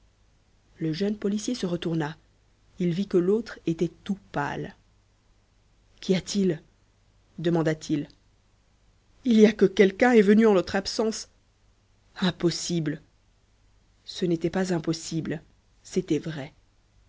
le jeune policier se retourna il vit que l'autre était tout pâle qu'y a-t-il demanda-t-il il y a que quelqu'un est venu en notre absence impossible ce n'était pas impossible c'était vrai